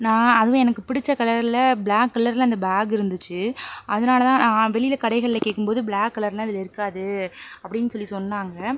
நான் அதுவும் எனக்கு பிடிச்ச கலரில் பிளாக் கலர்ல அந்த பேக் இருந்துச்சு அதனாலதான் நான் வெளியில் கடைகளில் கேட்கும்போது பிளாக் கலர்லாம் இதில் இருக்காது அப்படின்னு சொல்லி சொன்னாங்க